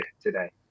today